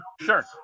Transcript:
Sure